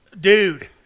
Dude